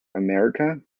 america